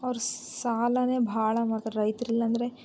ಅವ್ರು ಸಾಲನೇ ಭಾಳ ಮಾಡ್ತಾರೆ ರೈತರು ಇಲ್ಲಾಂದ್ರೆ